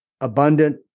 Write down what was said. abundant